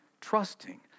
trusting